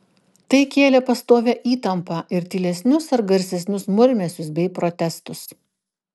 tai kėlė pastovią įtampą ir tylesnius ar garsesnius murmesius bei protestus